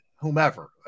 whomever